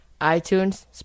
iTunes